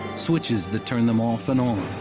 switches that turn them off and on,